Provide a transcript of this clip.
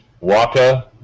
Waka